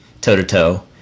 toe-to-toe